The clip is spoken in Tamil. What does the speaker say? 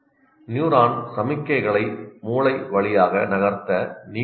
நியூரான் சமிக்ஞைகளை மூளை வழியாக நகர்த்த நீர் தேவை